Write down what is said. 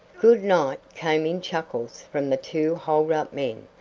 good-night, came in chuckles from the two hold-up men.